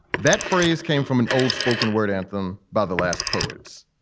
that phrase came from an old spoken word anthem by the last poets.